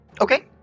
Okay